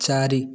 ଚାରି